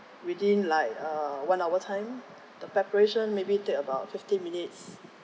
within like uh one hour time the preparation maybe take about fifteen minutes